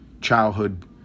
childhood